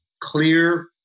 clear